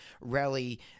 rally